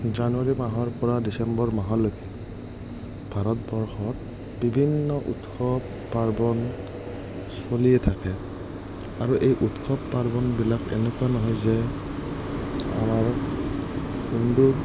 জানুৱাৰী মাহৰ পৰা ডিচেম্বৰ মাহলৈকে ভাৰতবৰ্ষত বিভিন্ন উৎসৱ পাৰ্বণ চলিয়ে থাকে আৰু এই উৎসৱ পাৰ্বণবিলাক এনেকুৱা নহয় যে আমাৰ হিন্দু